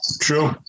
true